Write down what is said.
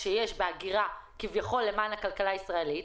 שיש בהגירה כביכול למען הכלכלה הישראלית,